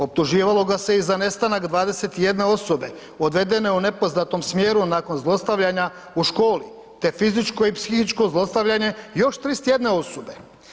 Optuživalo ga se i za nestanak 21 osobe odvedene u nepoznatom smjeru nakon zlostavljanja u školi te fizičko i psihičko zlostavljanje još 31 osobe.